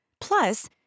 plus